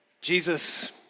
Jesus